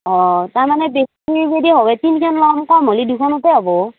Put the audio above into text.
অঁ তাৰমানে বেছি যদি হয় তিনিখনমান কম হ'লে দুখনতে হ'ব